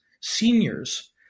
seniors